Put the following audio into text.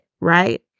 right